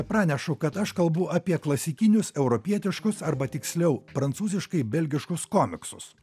pranešu kad aš kalbu apie klasikinius europietiškus arba tiksliau prancūziškai belgiškus komiksus